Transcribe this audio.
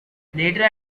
later